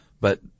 But-